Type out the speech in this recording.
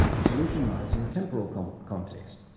the solution lies in the temporal context.